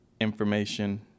information